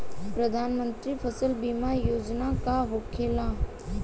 प्रधानमंत्री फसल बीमा योजना का होखेला?